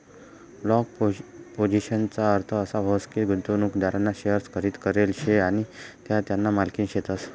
long पोझिशनना अर्थ असा व्हस की, गुंतवणूकदारना शेअर्स खरेदी करेल शे आणि त्या त्याना मालकीना शेतस